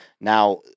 Now